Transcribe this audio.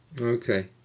Okay